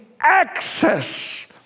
access